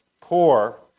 poor